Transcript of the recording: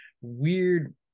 weird